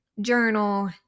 journal